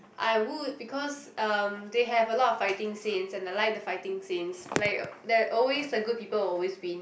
I would because um they have a lot of fighting scenes and I like the fighting scenes like there always the good people will always win